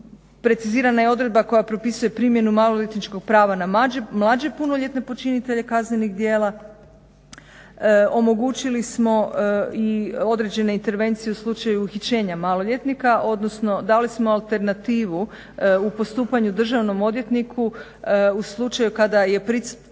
precizirana je odredba koja propisuje primjenu maloljetničkog prava na mlađe punoljetne počinitelje kaznenih djela, omogućili smo i određene intervencije u slučaju uhićenja maloljetnika odnosno dali smo alternativu u postupanju državnom odvjetniku u slučaju kada je pritvorski